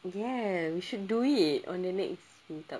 ya we should do it on the next meet up